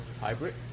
hybrid